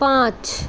पाँच